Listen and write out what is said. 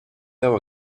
veu